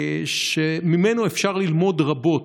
שממנו אפשר ללמוד רבות.